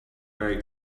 very